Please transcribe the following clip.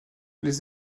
les